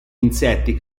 insetti